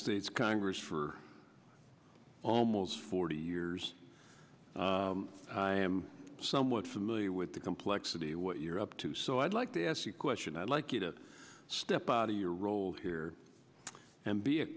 states congress for almost forty years i am somewhat familiar with the complexity what you're up to so i'd like to ask the question i'd like you to step out of your role here and be a